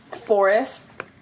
forest